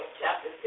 chapter